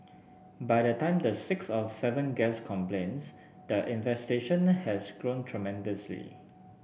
by the time the sixth or seventh guest complains the infestation has grown tremendously